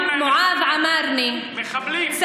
גם מועאז עמארנה, מחבלים זה השם שלהם.